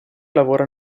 lavora